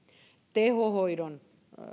tehohoidon